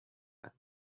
that